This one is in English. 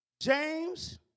James